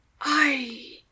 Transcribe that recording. I-